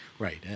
Right